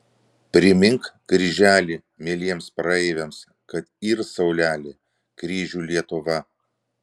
primink kryželi mieliems praeiviams kad yr saulelė kryžių lietuva